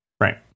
right